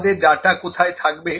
আমাদের ডাটা কোথায় থাকবে